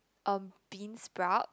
um beansprout